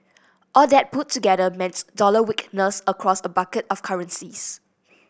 all that put together meant dollar weakness across a basket of currencies